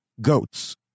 goats